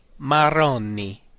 marroni